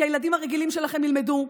כי הילדים הרגילים שלכם ילמדו,